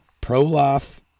pro-life